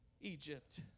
Egypt